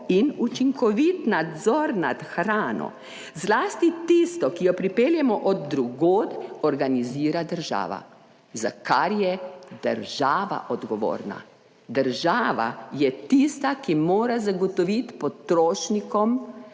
in učinkovit nadzor nad hrano, zlasti tisto, ki jo pripeljemo od drugod, organizira država, za kar je država odgovorna. Država je tista, ki mora zagotoviti potrošnikom